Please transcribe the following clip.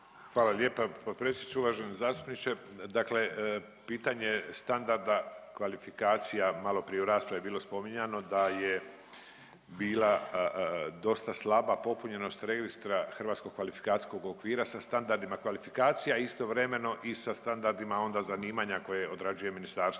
Hvala lijepa potpredsjedniče. Uvaženi zastupniče, dakle pitanje standarda kvalifikacija malo prije u raspravi je bilo spominjano da je bila dosta slaba popunjenost registra Hrvatskog kvalifikacijskog okvira sa standardima kvalifikacija, a istovremeno i sa standardima onda zanimanja koje odrađuje ministarstvo,